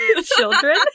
children